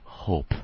hope